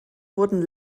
wurden